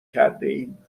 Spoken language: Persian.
کردهایم